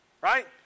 right